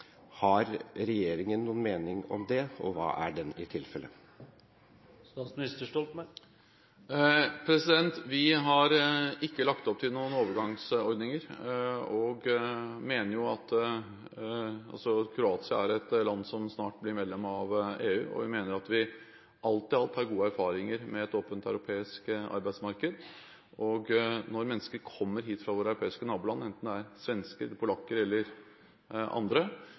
Har regjeringen noen mening om det, og hva er i tilfelle den? Regjeringen har ikke lagt opp til noen overgangsordninger. Kroatia er et land som snart blir medlem av EU. Jeg mener at vi alt i alt har gode erfaringer med et åpent europeisk arbeidsmarked. Når mennesker kommer hit fra våre europeiske naboland – enten det er svensker, polakker eller andre